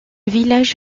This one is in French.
village